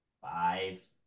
Five